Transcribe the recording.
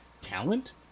talent